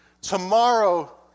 Tomorrow